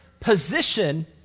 position